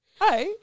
Hi